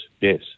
yes